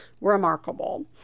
remarkable